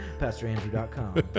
pastorandrew.com